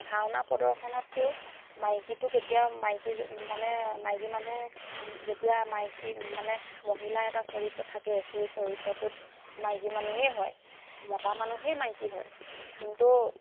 ভাওনা প্ৰদৰ্শনততো মাইকীটো কেতিয়া মাইকী মানে মাইকী মানুহ যেতিয়া মাইকী মানে মহিলা এটা চৰিত্ৰ থাকে সেই চৰিত্ৰটোত মাইকী মানুহেই হয় মতা মানুহেই মাইকী হয় কিন্তু